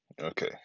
okay